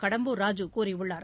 கடம்பூர் ராஜு கூறியுள்ளார்